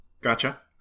Gotcha